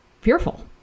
fearful